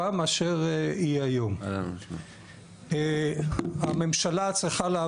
נראה, כתוצאה מכך